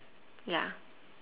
ya